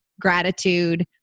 gratitude